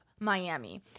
Miami